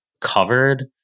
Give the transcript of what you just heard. covered